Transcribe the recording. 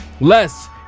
less